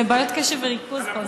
זה בעיות קשב וריכוז פה.